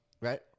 Right